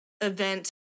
event